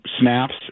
snaps